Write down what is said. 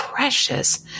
precious